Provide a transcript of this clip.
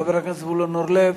תודה לחבר הכנסת זבולון אורלב.